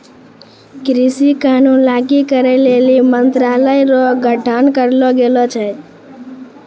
कृषि कानून लागू करै लेली मंत्रालय रो गठन करलो गेलो छै